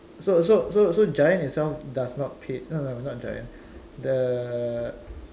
so so so so giant itself does not pay no no not giant the